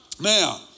Now